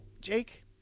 Jake